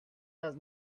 has